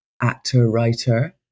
actor-writer